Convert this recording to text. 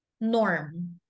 norm